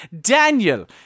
Daniel